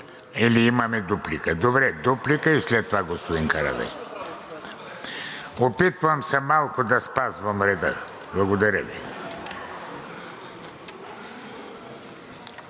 или имаме дуплика? Добре, дуплика и след това господин Карадайъ. Опитвам се малко да спазвам реда. Благодаря Ви!